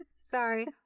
sorry